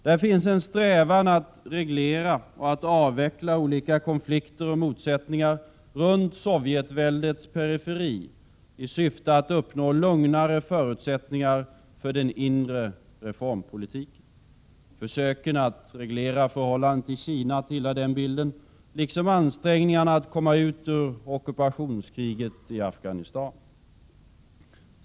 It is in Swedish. Det finns en strävan att reglera och avveckla olika konflikter och motsättningar runt Sovjetväldets periferi i syfte att uppnå lugnare förutsättningar för den inre reformpolitiken. Försöken att reglera förhållandet till Kina tillhör den bilden, liksom ansträngningarna att komma ut ur ockupationskriget i Afghanistan.